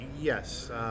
Yes